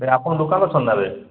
ନା ଆପଣ ଦୋକାନରେ ଅଛନ୍ତି ନା ଏବେ